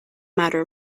matter